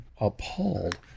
appalled